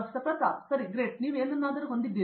ಪ್ರತಾಪ್ ಹರಿದಾಸ್ ಸರಿ ಗ್ರೇಟ್ ನೀವು ಏನನ್ನಾದರೂ ಹೊಂದಿದ್ದೀರಿ